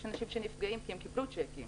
יש אנשים שנפגעים כי הם קיבלו שיקים,